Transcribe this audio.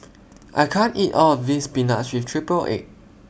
I can't eat All of This Spinach with Triple Egg